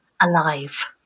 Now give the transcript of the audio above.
alive